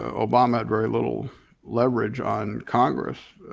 obama had very little leverage on congress.